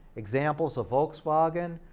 examples of volkswagen,